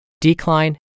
decline